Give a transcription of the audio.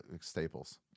staples